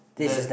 that